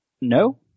No